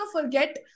forget